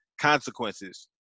consequences